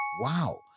wow